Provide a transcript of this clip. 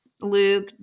Luke